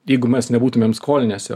jeigu mes nebūtumėm skolinęsi